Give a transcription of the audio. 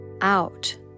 out